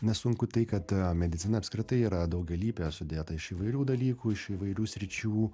na sunku tai kad medicina apskritai yra daugialypė sudėta iš įvairių dalykų iš įvairių sričių